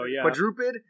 Quadruped